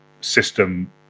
system